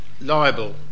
liable